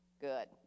Good